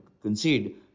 concede